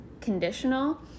conditional